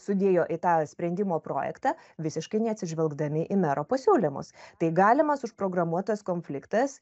sudėjo į tą sprendimo projektą visiškai neatsižvelgdami į mero pasiūlymus tai galimas užprogramuotas konfliktas